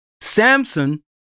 Samson